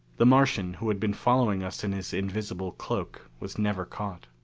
the martian who had been following us in his invisible cloak was never caught.